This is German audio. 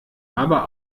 aber